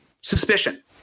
suspicion